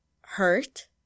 hurt